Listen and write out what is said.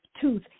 tooth